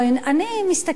אני מסתכלת על זה,